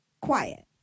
quiet